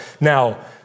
now